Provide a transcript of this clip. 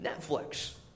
Netflix